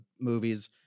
movies